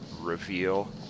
reveal